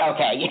Okay